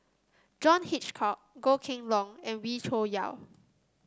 John Hitchcock Goh Kheng Long and Wee Cho Yaw